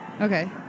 Okay